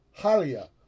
Halia